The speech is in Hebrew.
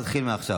איפה משה ארבל?